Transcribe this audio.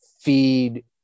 feed